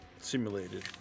simulated